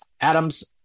Adams